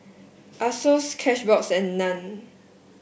Asos Cashbox and Nan